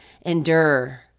endure